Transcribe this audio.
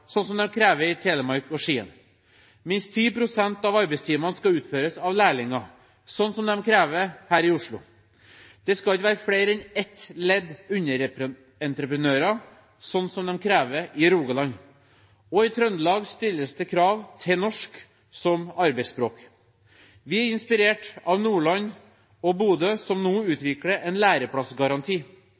krever i Telemark og Skien. Minst 10 pst. av arbeidstimene skal utføres av lærlinger, slik man krever i Oslo. Det skal ikke være flere enn ett ledd underentreprenører, slik de krever i Rogaland. Og i Trøndelag stilles det krav til norsk som arbeidsspråk. Vi er inspirert av Nordland og Bodø, som nå utvikler en læreplassgaranti,